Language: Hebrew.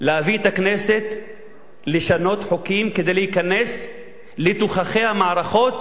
להביא את הכנסת לשנות חוקים כדי להיכנס לתוככי המערכות